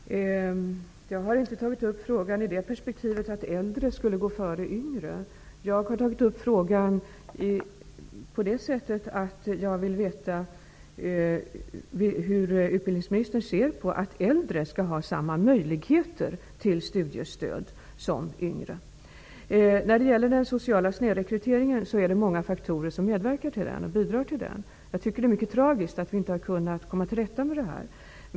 Herr talman! Jag har inte tagit upp frågan i det perspektivet att äldre skall gå före yngre. Jag har tagit upp frågan för att jag vill veta hur utbildningsministern ser på att äldre skall ha samma möjligheter till studiestöd som yngre. Det är många faktorer som bidrar till den sociala snedrekryteringen. Jag tycker att det är mycket tragiskt att vi inte har kunnat komma tillrätta med detta.